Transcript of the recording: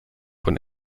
von